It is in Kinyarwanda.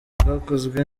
bwakozwe